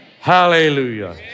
Hallelujah